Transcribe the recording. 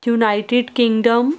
United Kingdom